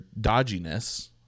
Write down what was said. dodginess